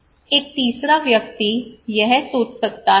एक तीसरा व्यक्ति यह सोच सकता है